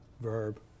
verb